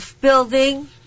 building